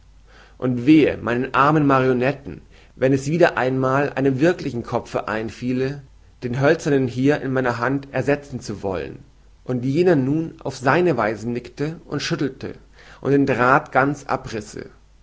und wehe meinen armen marionetten wenn es einmal einem wirklichen kopfe einfiele den hölzernen hier in meiner hand ersetzen zu wollen und jener nun auf seine weise nickte und schüttelte und den drath ganz abrisse